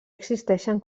existeixen